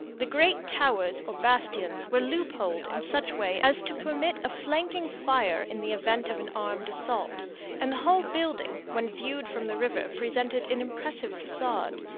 the great towers or bastions were loopholed in such way as to permit a flanking fire in the event of an armed assault and the whole building, when viewed from the river, presented an impressive facade.